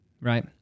right